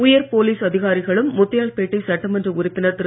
உயர் போலீஸ் அதிகாரிகளும் முத்தியால்பேட்டை சட்டமன்ற உறுப்பினர் திரு